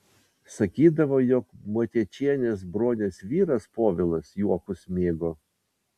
sakydavo jog motiečienės bronės vyras povilas juokus mėgo